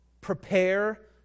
prepare